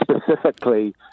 specifically